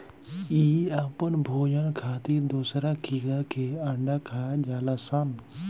इ आपन भोजन खातिर दोसरा कीड़ा के अंडा खा जालऽ सन